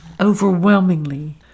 overwhelmingly